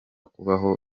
kubaho